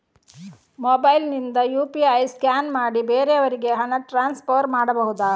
Mobile ನಿಂದ UPI scan ಮಾಡಿ ಬೇರೆಯವರಿಗೆ ಹಣ ಟ್ರಾನ್ಸ್ಫರ್ ಮಾಡಬಹುದ?